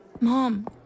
Mom